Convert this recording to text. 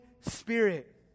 Spirit